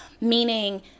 meaning